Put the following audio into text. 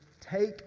Take